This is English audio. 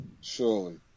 surely